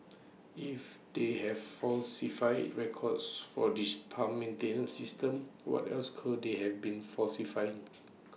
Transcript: if they have falsified records for this pump maintenance system what else could they have been falsifying